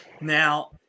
Now